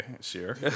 sure